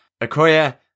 Akoya